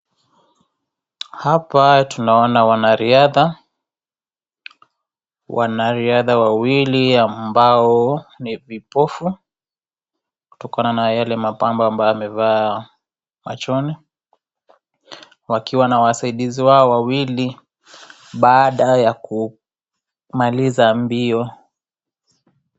Hapa tunaona wanariadha, wanariadha wawili ambao ni vipofu, kutokana na yale mapambo ambayo wamevaa machoni, wakiwa na wasaidizi wao wawili baada ya kumaliza mbio.